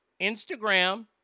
Instagram